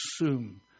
assume